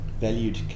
valued